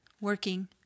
working